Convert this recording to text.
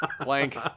Blank